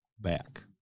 back